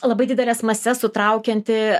labai dideles mases sutraukianti